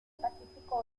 pacífico